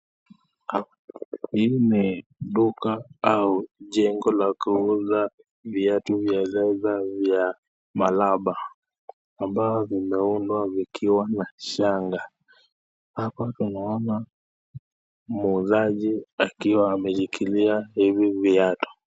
Hii ni duka au jengo la kuuza viatu vya sasa vya maraba ambayo vimeundwa vikiwa na shanga hapa tunaona muuzaji akiwa amezishikilia hizi viatu